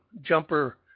jumper